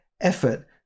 effort